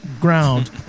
ground